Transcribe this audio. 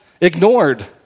ignored